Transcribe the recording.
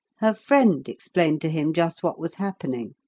her friend explained to him just what was happening.